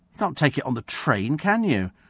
you can't take it on the train, can you?